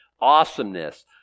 awesomeness